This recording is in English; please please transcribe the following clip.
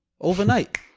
overnight